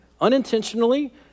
Unintentionally